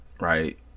right